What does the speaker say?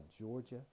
Georgia